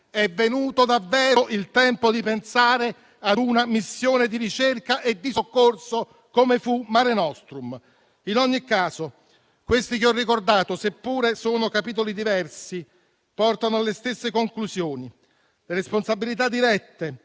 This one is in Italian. È venuto davvero il tempo di pensare a una missione di ricerca e di soccorso come fu Mare nostrum. In ogni caso, questi che ho ricordato, seppure siano capitoli diversi, portano alle stesse conclusioni. Le responsabilità dirette,